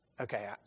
okay